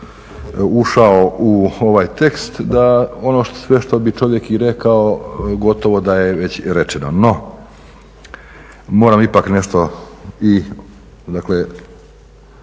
ušao u ovaj tekst da ono sve što bi čovjek i rekao gotovo da je već i rečeno. No, moram ipak nešto i